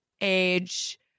age